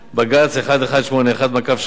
בג"ץ 1181/3,